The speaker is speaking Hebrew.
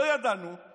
לא ידענו;